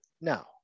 now